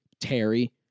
Terry